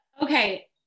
Okay